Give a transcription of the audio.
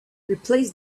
replace